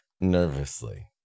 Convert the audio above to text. nervously